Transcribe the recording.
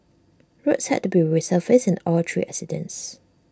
roads had to be resurfaced in all three incidents